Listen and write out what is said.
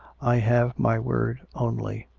i have my word only.